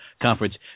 conference